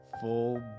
full